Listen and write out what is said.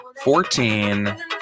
Fourteen